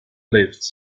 lived